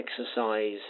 exercise